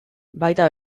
baita